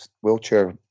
wheelchair